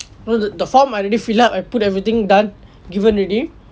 know the the form I already fill up I put everything done given already